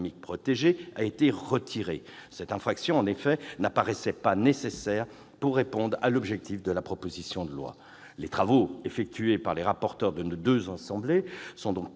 protégée, a été retirée. Cette disposition n'apparaissait pas nécessaire pour répondre à l'objectif de la proposition de loi. Les travaux effectués par les rapporteurs de nos deux assemblées ont donc